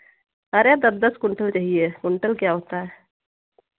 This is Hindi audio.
अरे दस दस क्विंटल चाहिए क्विंटल क्या होता है